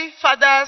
fathers